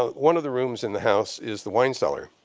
ah one of the rooms in the house is the wine cellar.